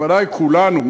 בוודאי כולנו,